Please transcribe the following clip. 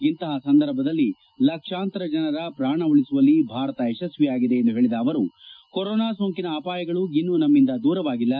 ಇಂತಹ ಸಂದರ್ಭದಲ್ಲಿ ಲಕ್ಷಾಂತರ ಜನರ ಪ್ರಾಣ ಉಳಿಸುವಲ್ಲಿ ಭಾರತ ಯಶಸ್ತಿಯಾಗಿದೆ ಎಂದು ಹೇಳಿದ ಅವರು ಕೊರೊನಾ ಸೋಂಕಿನ ಅಪಾಯಗಳು ಇನ್ನೂ ನಮ್ಮಿಂದ ದೂರವಾಗಿಲ್ಲ